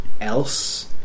else